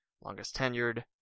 longest-tenured